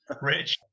Rich